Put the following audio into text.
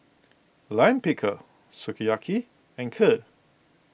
Lime Pickle Sukiyaki and Kheer